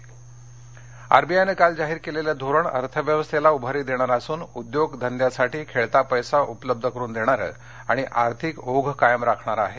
मोदी दरम्यान R B I नं काल जाहीर केलेले धोरण अर्थव्यवस्थेला उभारी देणारे असून उद्योग धंद्यासाठी खेळता पैसा उपलब्ध करून देणारं आणि आर्थिक ओघ कायम राखणारं आहे